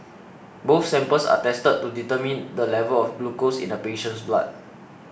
both samples are tested to determine the level of glucose in the patient's blood